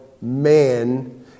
man